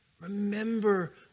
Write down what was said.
Remember